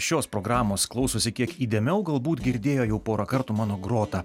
šios programos klausosi kiek įdėmiau galbūt girdėjo jau porą kartų mano grotą